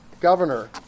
governor